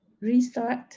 restart